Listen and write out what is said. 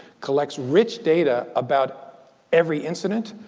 collects rich data about every incident.